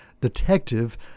detective